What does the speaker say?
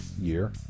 year